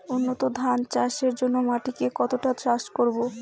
উন্নত ধান চাষের জন্য মাটিকে কতটা চাষ করব?